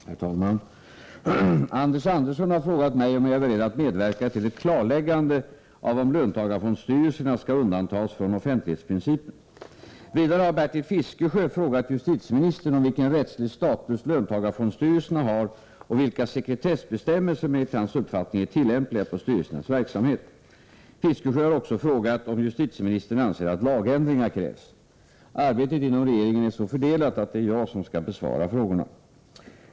Herr talman! Anders Andersson har frågat mig om jag är beredd att medverka till ett klarläggande av om löntagarfondsstyrelserna skall undantagas från offentlighetsprincipen. Vidare har Bertil Fiskesjö frågat justitieministern vilken rättslig status löntagarfondsstyrelserna har och vilka sekretessbestämmelser som enligt hans uppfattning är tillämpliga på styrelsernas verksamhet. Fiskesjö har också frågat om justitieministern anser att lagändringar krävs. Arbetet inom regeringen är så fördelat att det är jag som skall besvara frågorna.